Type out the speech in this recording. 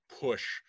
push